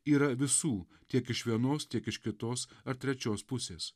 yra visų tiek iš vienos tiek iš kitos ar trečios pusės